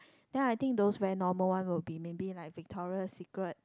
then I think those very normal one will be maybe like Victoria Secret